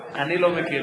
אני לא מכיר את זה.